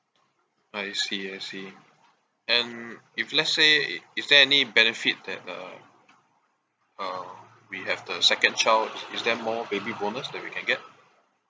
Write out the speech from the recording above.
I see I see and if let's say is there any benefit that uh uh we have the second child is there more baby bonus that we can get